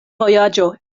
vojaĝo